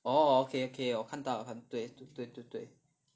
orh okay okay 我看到很对对对对